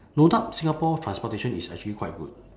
no doubt singapore transportation is actually quite good